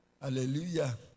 hallelujah